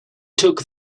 took